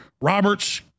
Roberts